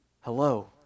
Hello